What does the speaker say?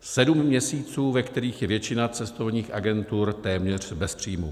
Sedm měsíců, ve kterých je většina cestovních agentur téměř bez příjmu.